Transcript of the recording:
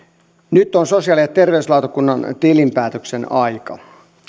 nyt on sosiaali ja terveyslautakunnan tilinpäätöksen aika